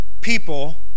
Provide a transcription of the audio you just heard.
people